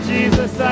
Jesus